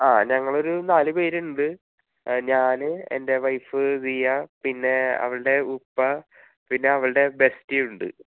ആ ഞങ്ങളൊരു നാല് പേരുണ്ട് ഞാൻ എൻ്റെ വൈഫ് സിയ പിന്നെ അവളുടെ ഉപ്പ പിന്നെ അവളുടെ ബെസ്റ്റിയുണ്ട്